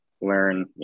learn